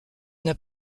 n’a